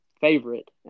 favorite